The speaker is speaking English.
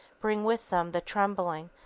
bring with them the trembling,